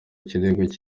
kirego